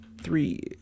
three